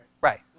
Right